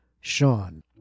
Sean